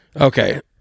Okay